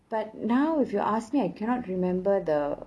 but now if you ask me I cannot remember the